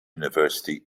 university